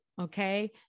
Okay